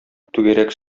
түгәрәк